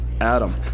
Adam